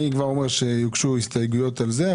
אני כבר אומר שיוגשו הסתייגויות על זה,